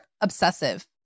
obsessive